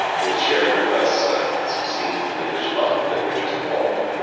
was sharing with us some scenes from english life that were just appalling.